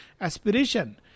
aspiration